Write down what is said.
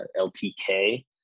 LTK